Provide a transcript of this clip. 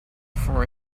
for